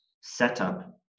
setup